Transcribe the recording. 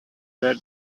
where